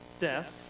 death